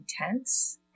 intense